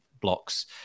blocks